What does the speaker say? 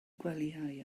gwelyau